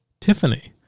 Tiffany